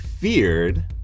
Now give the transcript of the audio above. feared